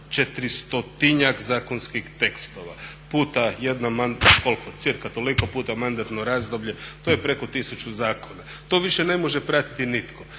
400-tinjak zakonskih tekstova puta jedno … koliko cca toliko puta mandatno razdoblje, to je preko 1000 zakona. To više ne može pratiti nitko,